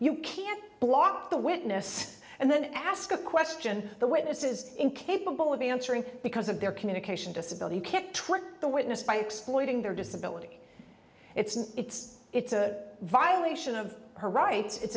you can't block the witness and then ask a question the witness is incapable of answering because of their communication disability you can't trick the witness by exploiting their disability it's an it's it's a violation of her rights it's